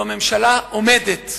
זו ממשלה עומדת.